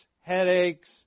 headaches